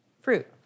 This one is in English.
fruit